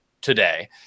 today